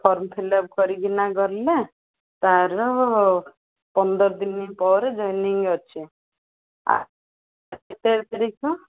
form fill up କରି କିନା ଗଲେ ତାର ପନ୍ଦର ଦିନ ପରେ ଜଏନିଂ ଅଛି କେତେ ତାରିଖ